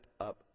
up